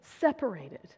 separated